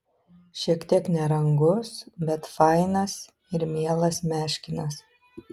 šiek tiek nerangus bet fainas ir mielas meškinas